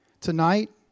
Tonight